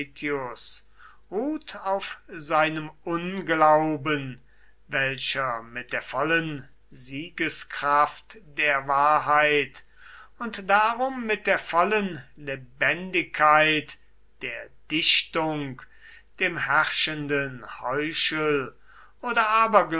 ruht auf seinem unglauben welcher mit der vollen siegeskraft der wahrheit und darum mit der vollen lebendigkeit der dichtung dem herrschenden heuchel oder